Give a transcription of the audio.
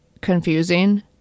confusing